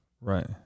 right